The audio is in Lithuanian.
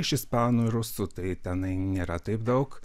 iš ispanų rusų tai tenai nėra taip daug